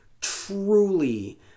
truly